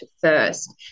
first